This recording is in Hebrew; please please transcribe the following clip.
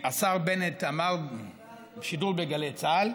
השר בנט אמר בשידור בגלי צה"ל: